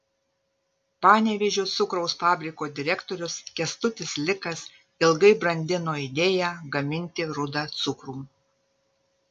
panevėžio cukraus fabriko direktorius kęstutis likas ilgai brandino idėją gaminti rudą cukrų